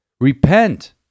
Repent